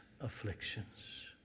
afflictions